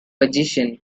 position